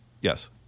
yes